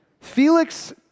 Felix